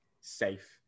safe